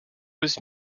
was